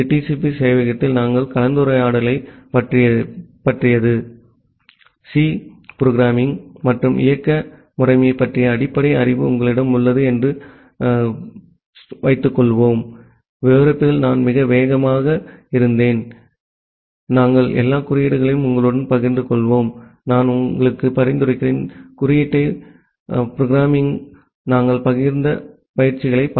B சேவையகத்தில் எங்கள் கலந்துரையாடலைப் பற்றியது சி புரோக்ராம்மிங் மற்றும் இயக்க முறைமை பற்றிய அடிப்படை அறிவு உங்களிடம் உள்ளது என்ற அனுமானத்துடன் விஷயங்களை விவரிப்பதில் நான் மிக வேகமாக இருந்தேன் நாங்கள் எல்லா குறியீடுகளையும் உங்களுடன் பகிர்ந்து கொள்வோம் நான் உங்களுக்கு பரிந்துரைக்கிறேன் குறியீட்டை உலாவவும் நாங்கள் பகிர்ந்த பயிற்சிகளைப் பார்க்கவும்